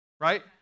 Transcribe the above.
right